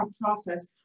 process